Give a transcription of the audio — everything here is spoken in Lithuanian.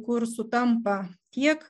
kur sutampa tiek